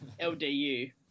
LDU